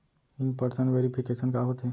In person verification का होथे?